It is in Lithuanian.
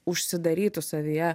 užsidarytų savyje